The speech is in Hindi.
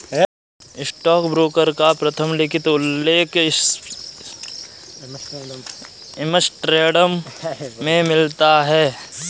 स्टॉकब्रोकर का प्रथम लिखित उल्लेख एम्स्टर्डम में मिलता है